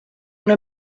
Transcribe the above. una